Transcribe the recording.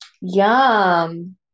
Yum